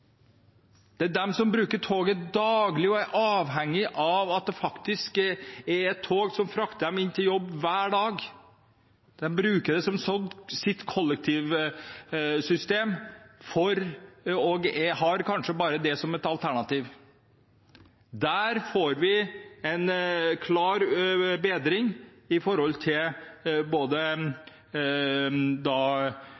som frakter dem inn til jobb hver dag. De bruker det som sitt kollektivsystem og har kanskje bare det som alternativ. Der får vi en klar bedring ved at man både